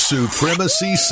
Supremacy